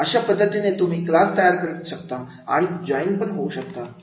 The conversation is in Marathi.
अशा पद्धतीने तुम्ही क्लास तयार करू शकता आणि जॉईन होऊ शकता